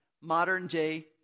modern-day